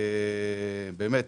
באמת,